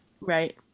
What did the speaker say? right